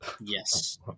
Yes